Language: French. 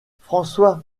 françois